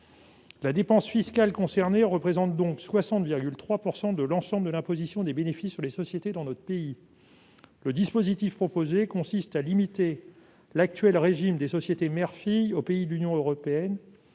La dépense fiscale concernée représente donc 60,3 % de l'ensemble de l'imposition des bénéfices sur les sociétés dans notre pays. Le dispositif proposé consiste à limiter l'actuel régime des sociétés mère-fille aux pays de l'Union européenne,